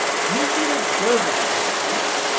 miserable dervish! i shrieked,